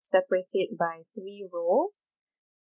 separated by three rows